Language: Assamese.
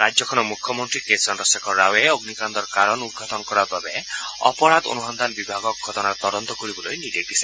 ৰাজ্যখনৰ মুখ্যমন্ত্ৰী কে চন্দ্ৰশেখৰ ৰাৱে অগ্নিকাণ্ডৰ কাৰণ উদঘাটন কৰাৰ বাবে অপৰাধ অনুসন্ধান বিভাগক ঘটনাৰ তদন্ত কৰিবলৈ নিৰ্দেশ দিছে